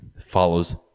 Follows